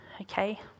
Okay